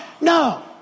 No